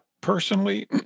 personally